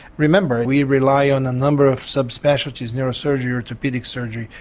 remember we rely on a number of sub-specialities, neurosurgery, orthopaedic surgery,